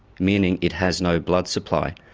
meaning it has no blood supply,